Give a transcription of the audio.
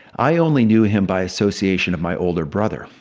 i only knew him by association of my older brother.